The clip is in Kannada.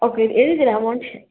ಓಕೆ ಹೇಳಿದ್ದೀರ ಅಮೌಂಟ್